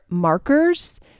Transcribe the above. markers